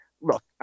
Look